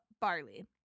barley